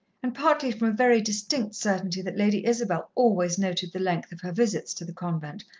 and partly from a very distinct certainty that lady isabel always noted the length of her visits to the convent,